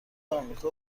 آمریکا